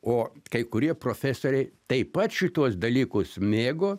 o kai kurie profesoriai taip pat šituos dalykus mėgo